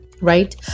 right